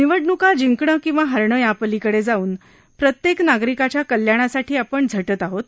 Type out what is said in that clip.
निवडणुका जिंकण किंवा हरण यापलीकडे जाऊन प्रत्येक नागरिकाच्या कल्याणासाठी आपण झटत आहोत